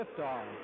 liftoff